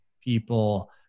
people